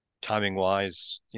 timing-wise